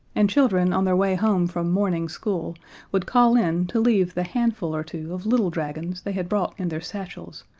and children on their way home from morning school would call in to leave the handful or two of little dragons they had brought in their satchels,